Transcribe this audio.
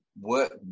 work